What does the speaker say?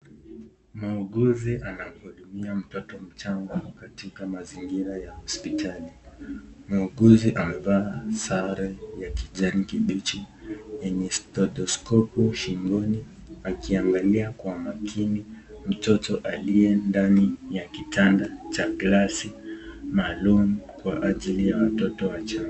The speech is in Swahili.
Muuguzi anamhudumia mtoto mchanga katika mazingira ya hospitali. Muuguzi amevaa sare ya kijani kibichi, yenye stethoskopu shingoni akiangalia kwa makini mtoto aliye ndani ya kitanda cha glasi maalumu kwa ajili ya watoto wachanga.